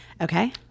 Okay